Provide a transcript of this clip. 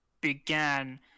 began